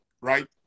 right